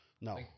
No